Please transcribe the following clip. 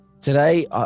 Today